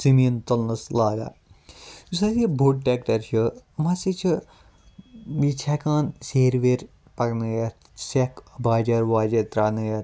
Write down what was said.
زٔمیٖن تُلنَس لاگان یُس اَسہِ یہِ بوٚڈ ٹریٚکٹَر چھُ مان ژٕ یہِ چھُ یہِ چھُ ہیٚکان سیرِ ویرِ مَکنٲیِتھ سیٚکھ باجَر واجَر تراونٲیِتھ